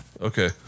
Okay